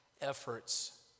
efforts